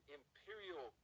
imperial